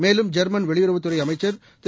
மேலும் ஜெர்மன் வெளியுறவு அமைச்சர் திரு